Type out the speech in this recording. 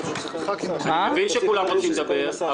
החדשה ואין שכונה של חיילים משוחררים.